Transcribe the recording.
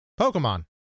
Pokemon